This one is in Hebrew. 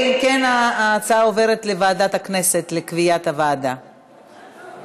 חברת הכנסת יעל כהן-פארן